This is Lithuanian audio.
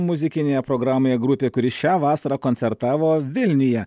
muzikinėje programoje grupė kuri šią vasarą koncertavo vilniuje